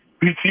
BT